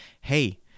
hey